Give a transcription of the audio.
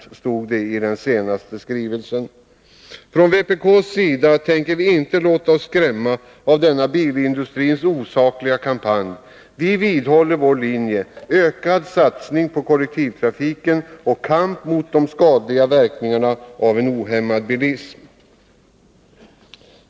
Så stod det i den senaste skrivelsen. Från vpk:s sida tänker vi inte låta oss skrämma av denna bilindustrins osakliga kampanj. Vi vidhåller vår linje: ökad satsning på kollektivtrafiken och kamp mot de skadliga verkningarna av en ohämmad bilism.